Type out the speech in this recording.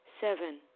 seven